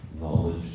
Knowledge